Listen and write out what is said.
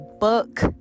book